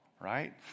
right